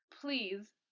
Please